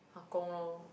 Ah-Gong lor